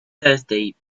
thursday